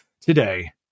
today